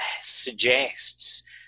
suggests